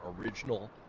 original